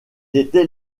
était